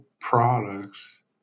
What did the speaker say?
products